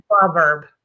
proverb